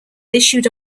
issued